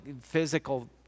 physical